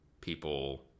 people